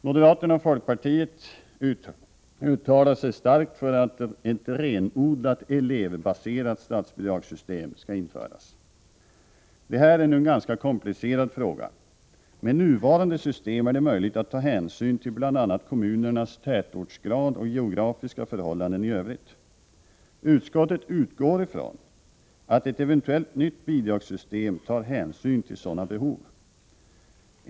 Moderaterna och folkpartiet uttalar sig starkt för att ett renodlat elevbaserat statsbidragssystem skall införas. Det här är nu en ganska komplicerad fråga. Med nuvarande system är det möjligt att ta hänsyn till bl.a. kommunernas tätortsgrad och geografiska förhållanden i övrigt. Utskottet utgår ifrån att ett eventuellt nytt bidragssystem tar hänsyn till sådana behov.